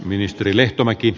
arvoisa puhemies